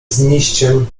znijściem